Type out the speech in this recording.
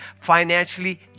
financially